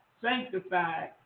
sanctified